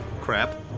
Crap